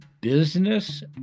business